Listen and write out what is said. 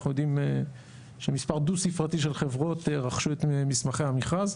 אנחנו יודעים שמספר דו-ספרתי של חברות רכשו את מסמכי המכרז.